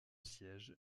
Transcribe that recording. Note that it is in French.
siège